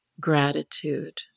gratitude